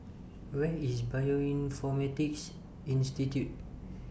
Where IS Bioinformatics Institute